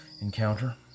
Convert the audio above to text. Encounter